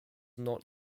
not